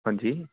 हांजी